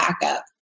backup